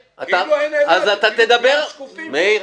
כאילו אין אילת, כאילו כולם --- סליחה, מאיר,